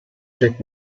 jack